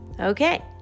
okay